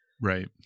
Right